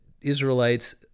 Israelites